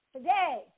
Today